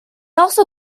also